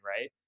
right